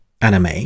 anime